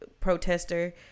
protester